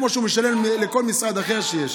כמו שהוא משלם לכל משרד אחר שיש.